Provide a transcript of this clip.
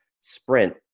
sprint